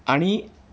आणि